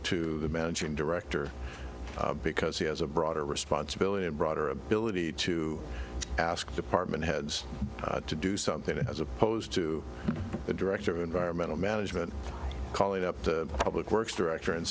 to the managing director because he has a broader responsibility and broader ability to ask department heads to do something as opposed to a director of environmental management calling up the public works director and